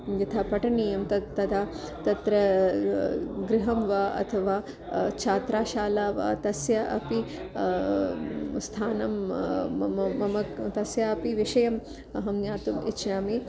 यथा पठनीयं तत् तदा तत्र गृहं वा अथवा छात्राशाला वा तस्य अपि स्थानं मम मम क् तस्यापि विषयम् अहं ज्ञातुम् इच्छामि